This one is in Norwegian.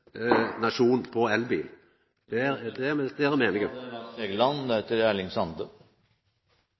nasjon på elbil. Der er me